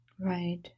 Right